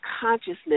consciousness